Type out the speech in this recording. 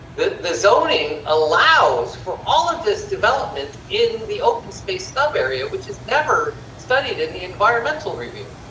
the the zoning allows for all of this development in the open space sub area, which is never studied in the environmental review.